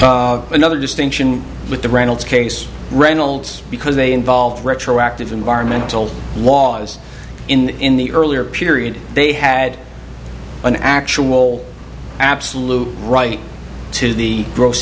lawsuit another distinction with the reynolds case reynolds because they involve retroactive environmental laws in the earlier period they had an actual absolute right to the gross